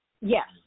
Yes